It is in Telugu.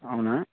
అవునా